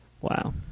Wow